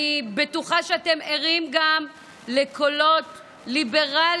אני בטוחה שאתם ערים גם לקולות ליברליים,